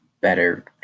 better